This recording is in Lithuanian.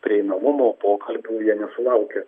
prieinamumo pokalbių jie nesulaukia